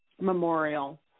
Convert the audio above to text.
memorial